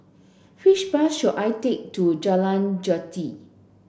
which bus should I take to Jalan Jati